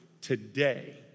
today